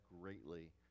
greatly